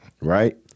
Right